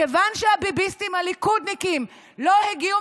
מכיוון שהביביסטים הליכודניקים לא הגיעו